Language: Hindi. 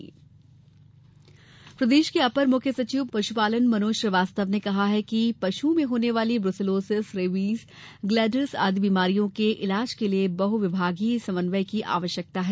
मनोज श्रीवास्तव प्रदेश के अपर मुख्य सचिव पशुपालन मनोज श्रीवास्तव ने कहा है कि पशुओं में होने वाली ब्र्सेलोसिस रैबीज ग्लैण्डर्स आदि बीमारियों के इलाज के लिये बहु विभागीय समन्वय की आवश्यकता है